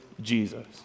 Jesus